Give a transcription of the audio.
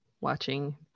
watching